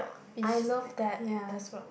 fish meh ya